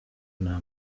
nta